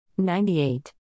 98